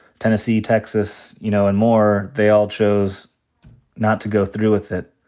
tennessee, texas, you know, and more, they all chose not to go through with it.